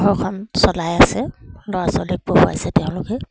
ঘৰখন চলাই আছে ল'ৰা ছোৱালীক পঢ়াইছে তেওঁলোকে